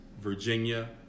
Virginia